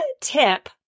tip